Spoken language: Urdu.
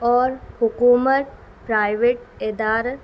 اور حکومت پرائیویٹ ادارہ